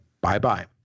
Bye-bye